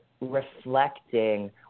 reflecting